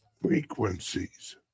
Frequencies